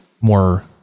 more